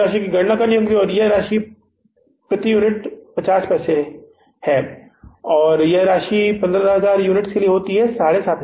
हमें इस राशि की गणना करनी होगी और यह राशि हमें प्रति यूनिट 050 रुपये दी जाती है और इस राशि के लिए यह हमें दी जाती है कितनी